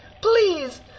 Please